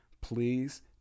please